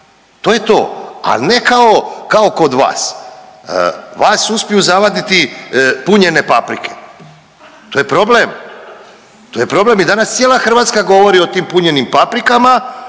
to je to, al ne kao, kao kod vas, vas uspiju zavaditi punjene paprike, to je problem, to je problem i danas cijela Hrvatska govori o tim punjenim paprikama